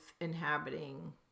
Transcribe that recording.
inhabiting